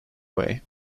way